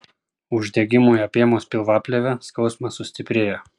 uždegimui apėmus pilvaplėvę skausmas sustiprėja